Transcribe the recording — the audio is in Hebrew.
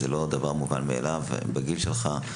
זה לא דבר מובן מאליו, ובוודאי לא בגיל שלך.